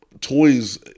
toys